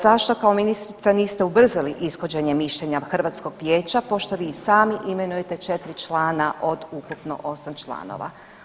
Zašto kao ministrica niste ubrzali ishođenje mišljenja hrvatskog vijeća pošto vi i sami imenujete 4 člana od ukupno 8 članova?